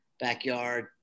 backyard